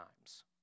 times